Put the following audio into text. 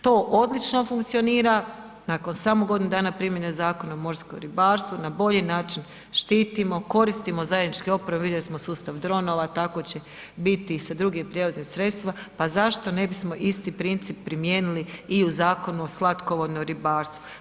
To odlično funkcionira, nakon samo godinu dana primjene Zakona o morskom ribarstvu na bolji način štitimo, koristimo zajedničke opreme, vidjeli smo sustav dronova, tako će biti i sa drugim prijevoznim sredstvima, pa zašto ne bismo isti princip primijenili i u Zakonu o slatkovodnom ribarstvu.